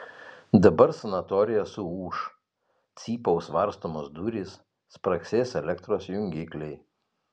dabar sanatorija suūš cypaus varstomos durys spragsės elektros jungikliai